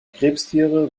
krebstiere